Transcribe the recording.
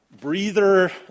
breather